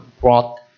brought